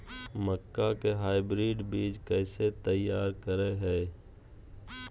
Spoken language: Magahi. मक्का के हाइब्रिड बीज कैसे तैयार करय हैय?